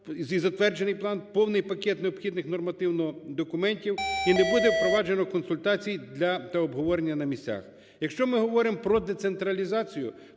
і затверджений план, повний пакет необхідних нормативних документів і не буде впроваджено консультацій для... та обговорення на місцях. Якщо ми говоримо про децентралізацію,